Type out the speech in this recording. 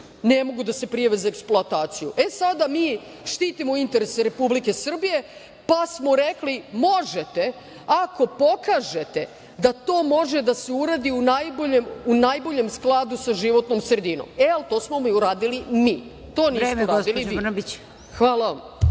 ne može da se prijavi za eksploataciju? Sada mi štitimo interese Republike Srbije, pa smo rekli – možete, ako pokažete da to može da se uradi u najboljem skladu sa životnom sredinom. To smo uradili mi. To niste uradili vi. Hvala vam.